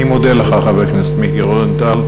אני מודה לך, חבר הכנסת מיקי רוזנטל.